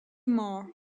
more